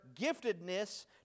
giftedness